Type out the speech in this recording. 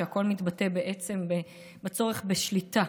שהכול מתבטא בעצם בצורך בשליטה,